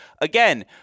again